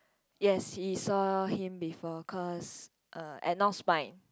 yes he saw him before cause uh at North-Spine